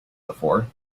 before